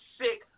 sick